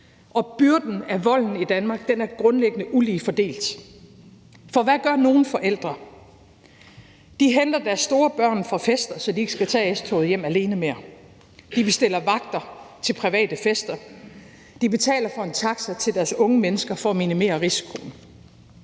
og byrden af volden i Danmark er grundlæggende ulige fordelt. For hvad gør nogle forældre? De henter deres store børn fra festen, så de ikke skal tage S-toget hjem alene mere. De bestiller vagter til private fester. De betaler for en taxa til deres unge mennesker for at minimere risikoen.